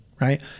right